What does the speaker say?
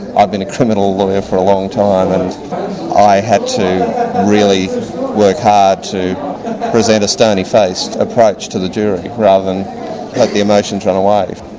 i've been a criminal lawyer for a long time, and i had to really work hard to present a stony-faced approach to the jury rather than let the emotions run away.